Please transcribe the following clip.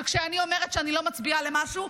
כשאני אומרת שאני לא מצביעה למשהו,